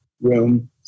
room